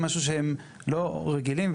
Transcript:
זה משהו שהם לא רגילים אליו,